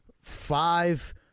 five